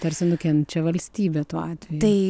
tarsi nukenčia valstybė tuo atveju